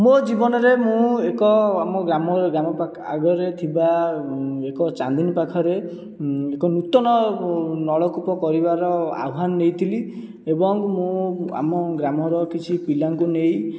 ମୋ ଜୀବନରେ ମୁଁ ଏକ ଆମ ଗ୍ରାମ ଆଗରେ ଥିବା ଏକ ଚାନ୍ଦିନୀ ପାଖରେ ଏକ ନୂତନ ନଳକୂପ କରିବାର ଆହ୍ୱାନ ଦେଇଥିଲି ଏବଂ ମୁଁ ଆମ ଗ୍ରାମର କିଛି ପିଲାଙ୍କୁ ନେଇ